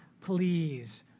please